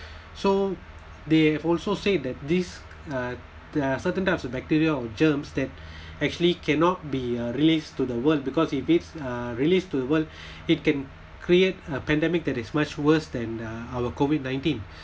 so they also say that this uh there are certain types of bacteria or germs that actually cannot be uh released to the world because if it's uh released to world it can create a pandemic that is much worse than uh our COVID nineteen